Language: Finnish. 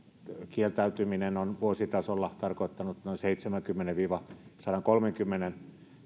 kieltäytyminen on vuositasolla tarkoittanut noin seitsemänkymmenen viiva sadankolmenkymmenen